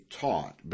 taught